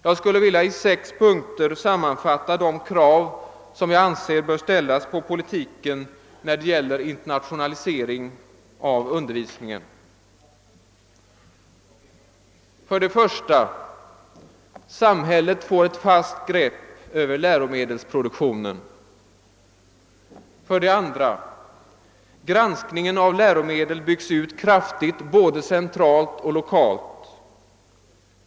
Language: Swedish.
Jag skulle i sex punkter vilja sammanfatta de krav som enligt min mening bör ställas på politiken när det gäller internationalisering av undervisningen: 1. Samhället får ett fast grepp över läromedelsproduktionen. 2. Granskningen av läromedel byggs ut kraftigt både centralt och lokalt.